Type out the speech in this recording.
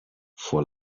for